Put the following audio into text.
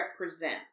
represents